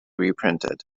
reprinted